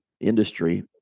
industry